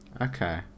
Okay